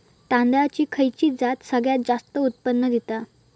तांदळाची खयची जात सगळयात जास्त उत्पन्न दिता?